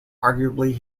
arguably